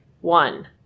One